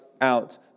out